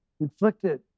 inflicted